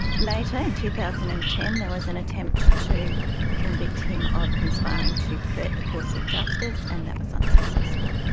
later in two thousand and ten there was an attempt to convicted him of conspiring to pervert the course of justice and that was unsuccessful.